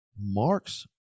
Mark's